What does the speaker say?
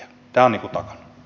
tämä on takana